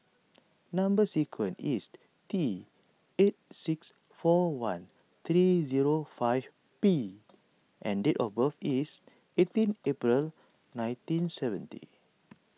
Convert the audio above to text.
Number Sequence is T eight six four one three zero five P and date of birth is eighteen April nineteen seventy